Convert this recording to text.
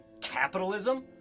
Capitalism